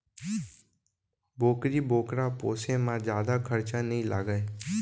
बोकरी बोकरा पोसे म जादा खरचा नइ लागय